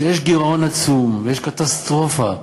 שיש גירעון עצום, ויש קטסטרופה,